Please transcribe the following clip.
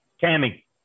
Tammy